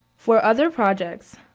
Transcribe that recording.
for other projects,